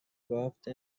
بافت